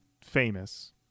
famous